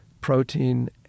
protein